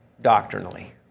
doctrinally